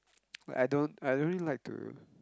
like I don't I don't really like to